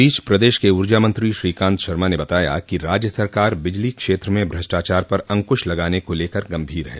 इस बीच प्रदेश के ऊर्जा मंत्री श्रीकांत शर्मा ने बताया कि राज्य सरकार बिजली क्षेत्र में भ्रष्टाचार पर अंकृश लगाने को लेकर गंभीर है